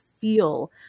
feel